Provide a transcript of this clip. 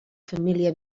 família